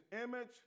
image